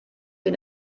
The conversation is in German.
den